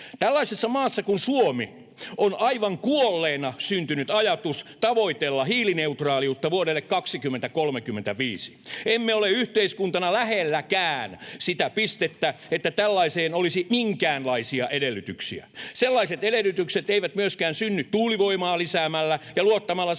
Tällaisessa maassa kuin Suomi on aivan kuolleena syntynyt ajatus tavoitella hiilineutraaliutta vuodelle 2035. Emme ole yhteiskuntana lähelläkään sitä pistettä, että tällaiseen olisi minkäänlaisia edellytyksiä. Sellaiset edellytykset eivät myöskään synny tuulivoimaa lisäämällä ja luottamalla siihen,